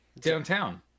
downtown